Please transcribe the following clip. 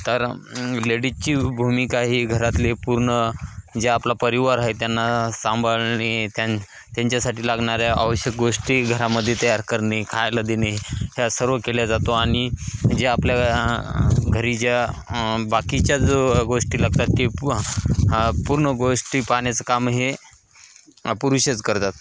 तर लेडीजची भूमिका ही घरातली पूर्ण जे आपला परिवार आहे त्यांना सांभाळणे त्यां त्यांच्यासाठी लागणाऱ्या आवश्यक गोष्टी घरामध्ये तयार करणे खायला देने ह्या सर्व केल्या जातो आणि जे आपल्या घरी ज्या बाकीच्या जो गोष्टी लागतात ती प पूर्ण गोष्टी पाहण्याचं कामं हे पुरुषच करतात